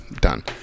done